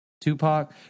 Tupac